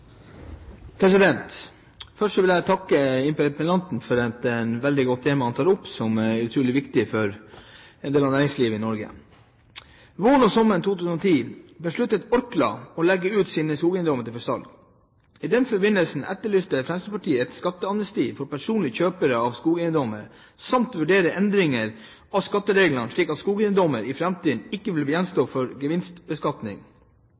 Først vil jeg takke interpellanten for å ta opp et veldig viktig tema for en del av næringslivet i Norge. Våren og sommeren 2010 besluttet Orkla å legge ut sine skogeiendommer for salg. I den forbindelse etterlyste Fremskrittspartiet et skatteamnesti for personlige kjøpere av skogeiendommer samt å vurdere endringer av skattereglene, slik at skogeiendommer i framtiden ikke